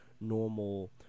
normal